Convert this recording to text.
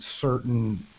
certain